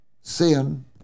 sin